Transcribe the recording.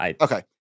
Okay